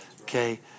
Okay